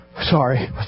Sorry